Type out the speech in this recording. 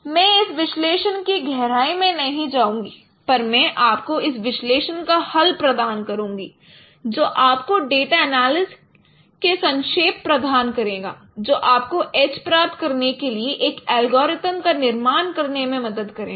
मैं इस विश्लेषण की गहराई में नहीं जाऊँगा पर मैं आपको इस विश्लेषण का हल प्रधान करुंगा जो आपको डेटा एनालिसिस का संक्षेप प्रदान करेगा जो आपको एज प्राप्त करने के लिए एक एल्गोरिथ्म का निर्माण करने में मदद करेगा